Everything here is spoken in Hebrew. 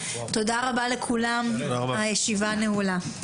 תודה רבה לכולם, הישיבה נעולה.